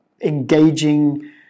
engaging